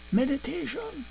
meditation